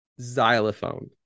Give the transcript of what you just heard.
Xylophone